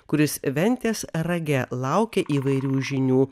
kuris ventės rage laukia įvairių žinių